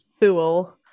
fool